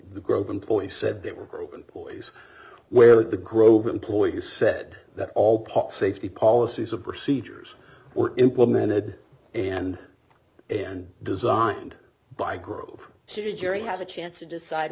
growth employee said they were a group employees where the grove employees said that all pot safety policies and procedures were implemented and and designed by group so the jury had a chance to decide